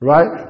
Right